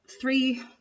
three